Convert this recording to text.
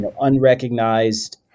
unrecognized